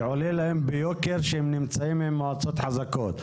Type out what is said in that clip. שזה עולה להם ביוקר שהם נמצאים עם מועצות חזקות.